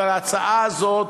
אבל ההצעה הזאת,